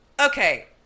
okay